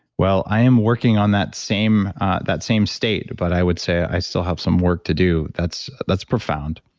well, i am working on that same that same state, but i would say i still have some work to do. that's that's profound.